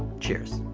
cheers.